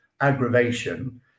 aggravation